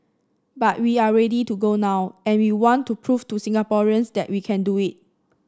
but we are ready to go now and we want to prove to Singaporeans that we can do it